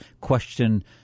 question